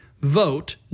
vote